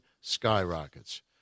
skyrockets